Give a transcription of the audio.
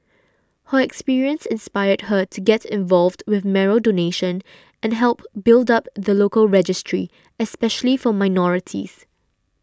her experience inspired her to get involved with marrow donation and help build up the local registry especially for minorities